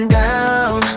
down